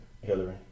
Hillary